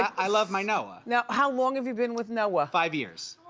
i love my noah. now how long have you been with noah? five years.